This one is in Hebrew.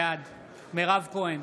בעד מירב כהן,